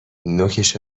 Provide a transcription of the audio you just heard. نوکش